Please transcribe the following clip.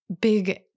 big